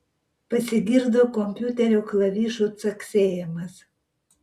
pasigirdo kompiuterio klavišų caksėjimas